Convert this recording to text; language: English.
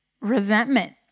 resentment